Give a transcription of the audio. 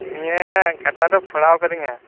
ᱱᱤᱭᱟᱹ ᱠᱟᱴᱟᱨᱮ ᱯᱷᱚᱲᱟ ᱠᱟᱣᱫᱤᱧᱟ